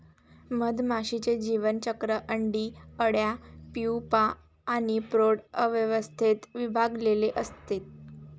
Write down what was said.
मधमाशीचे जीवनचक्र अंडी, अळ्या, प्यूपा आणि प्रौढ अवस्थेत विभागलेले असते